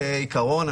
כעיקרון,